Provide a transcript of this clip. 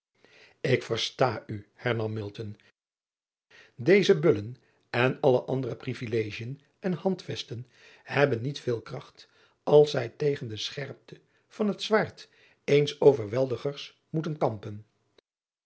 k versta u hernam eze ullen en alle andere rivilegien en andvesten hebben niet veel kracht als zij tegen de scherpte van het zwaard eens overweldigers moeten kam